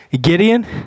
Gideon